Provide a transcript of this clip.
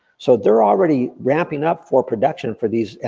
so they're already ramping up for production for these,